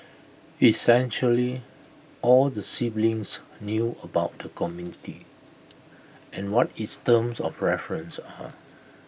essentially all the siblings knew about the committee and what its terms of reference are